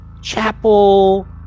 chapel